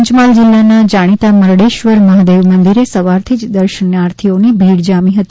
પંચમહાલ જીલ્લાના જાણીતા મરડેશ્વર મહાદેવ મંદિરે સવારથી જ દર્શનાર્થીઓની ભીડ જામી હતી